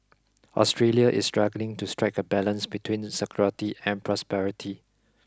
Australia is struggling to strike a balance between security and prosperity